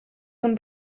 von